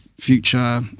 future